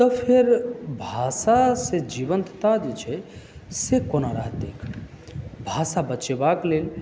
तऽ फेर भाषा से जीवन्तता जे छै से कोना रहतैक भाषा बचेबाक लेल